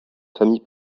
famille